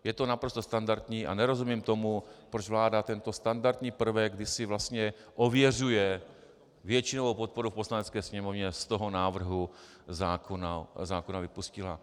Je to naprosto standardní a nerozumím tomu, proč vláda tento standardní prvek, kdy si vlastně ověřuje většinovou podporu v Poslanecké sněmovně, z toho návrhu zákona vypustila.